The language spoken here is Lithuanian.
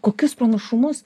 kokius panašumus